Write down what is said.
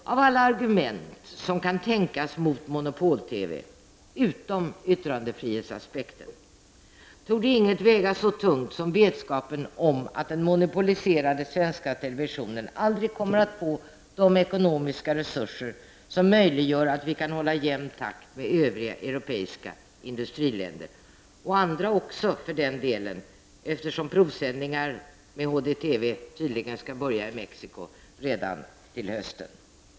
Av alla tänkbara argument mot monopol-TV — utom yttrandefrihetsaspekten — torde inget väga så tungt som vetskapen om att den monopoliserade svenska televisionen aldrig kommer att få de ekonomiska resurser som möjliggör att vi kan hålla jämn takt med övriga europeiska industriländer. Det gäller för den delen också andra länder, eftersom provsändningar med HDTV tydligen skall börja i Mexico redan till hösten.